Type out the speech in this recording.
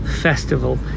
festival